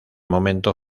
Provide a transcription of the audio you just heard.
momento